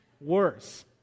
Worse